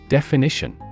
Definition